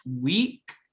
week